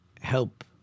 help